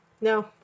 No